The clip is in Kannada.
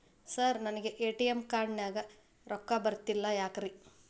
ಸರ್ ನನಗೆ ಎ.ಟಿ.ಎಂ ಕಾರ್ಡ್ ನಲ್ಲಿ ರೊಕ್ಕ ಬರತಿಲ್ಲ ಯಾಕ್ರೇ?